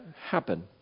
happen